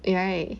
ya right